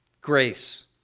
grace